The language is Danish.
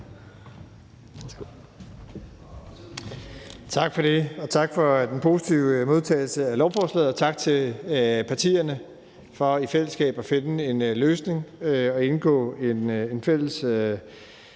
Tak for det, og tak for den positive modtagelse af lovforslaget, og tak til partierne for i fællesskab at finde en løsning og indgå en fælles